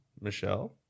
Michelle